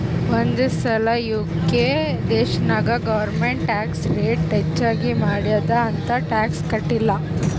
ಒಂದ್ ಸಲಾ ಯು.ಕೆ ದೇಶನಾಗ್ ಗೌರ್ಮೆಂಟ್ ಟ್ಯಾಕ್ಸ್ ರೇಟ್ ಹೆಚ್ಚಿಗ್ ಮಾಡ್ಯಾದ್ ಅಂತ್ ಟ್ಯಾಕ್ಸ ಕಟ್ಟಿಲ್ಲ